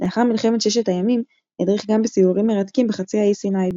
לאחר מלחמת ששת הימים הדריך גם בסיורים מרתקים בחצי האי סיני,